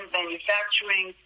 manufacturing